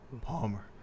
Palmer